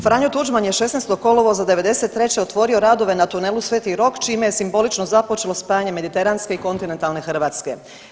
Franjo Tuđman je 16. kolovoza '93. otvorio radove na Tunelu Sv. Rok čime je simbolično započelo spajanje mediteranske i kontinentalne Hrvatske.